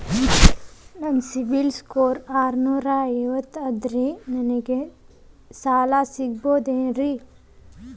ನನ್ನ ಸಿಬಿಲ್ ಸ್ಕೋರ್ ಆರನೂರ ಐವತ್ತು ಅದರೇ ನನಗೆ ಸಾಲ ಸಿಗಬಹುದೇನ್ರಿ?